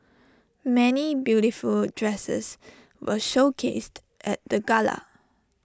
many beautiful dresses were showcased at the gala